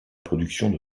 production